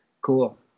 Cool